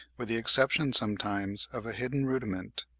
with the exception sometimes of a hidden rudiment.